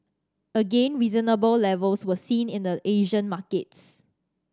again reasonable levels were seen in the Asian markets